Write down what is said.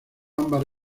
ambas